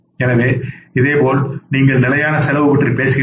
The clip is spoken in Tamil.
எனவே இதேபோல் நீங்கள் நிலையான செலவு பற்றி பேசுகிறீர்கள்